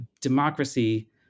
democracy